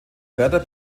werder